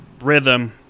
rhythm